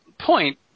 point